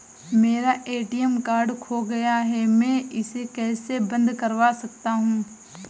मेरा ATM card खो गया है मैं इसे कैसे बंद करवा सकता हूँ?